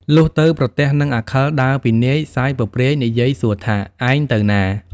លុះទៅប្រទះនឹងអាខិលដើរពីនាយសើចពព្រាយនិយាយសួរថា“ឯងទៅណា? ”។